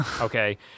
okay